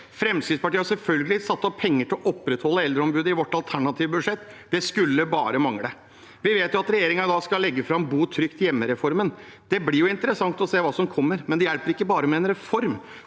Fremskrittspartiet har selvfølgelig satt av penger til å opprettholde Eldreombudet i vårt alternative budsjett – det skulle bare mangle. Vi vet at regjeringen skal legge fram bo trygt hjemme-reformen. Det blir interessant å se hva som kommer, men det hjelper ikke bare med en reform.